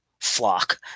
flock